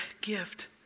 gift